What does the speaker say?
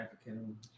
African